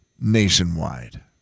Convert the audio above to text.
nationwide